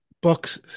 books